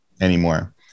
anymore